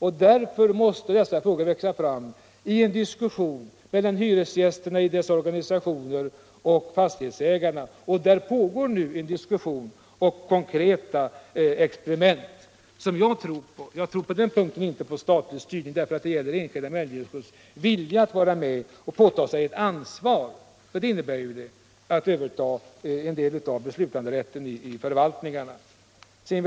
Ett ökat hyresgästinflytande skall växa fram genom diskussioner mellan hyresgästerna och deras organisationer å ena sidan och fastighetsägarna och deras organisationer å andra sidan. Det pågår nu en sådan diskussion och konkreta experiment, som jag tror på. På den här punkten tror jag inte på statlig styrning. Det gäller här de enskilda människornas vilja att vara med och ta på sig det ansvar som blir följden av att man tar över en del av beslutanderätten och förvaltningen.